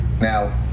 Now